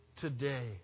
today